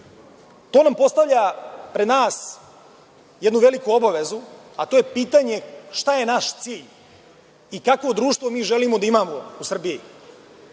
To postavlja pred nas jednu veliku obavezu, a to je pitanje šta je naš cilj i kakvo društvo mi želimo da imamo u Srbiji.